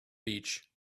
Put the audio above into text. beach